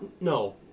No